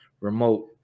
remote